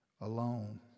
alone